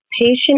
patient